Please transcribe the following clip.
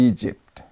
Egypt